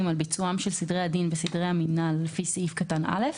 על ביצועם של סדרי הדין וסדרי המינהל לפי סעיף קטן (א)